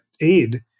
aid